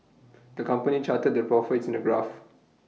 the company charted their profits in A graph